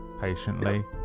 patiently